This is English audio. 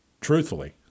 Truthfully